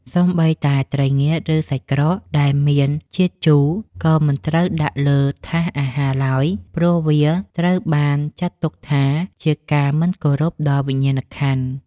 សូម្បីតែត្រីងៀត ឬសាច់ក្រកដែលមានជាតិជូរក៏មិនត្រូវដាក់លើថាសអាហារឡើយ ព្រោះវាត្រូវបានចាត់ទុកថាជាការមិនគោរពដល់វិញ្ញាណក្ខន្ធ។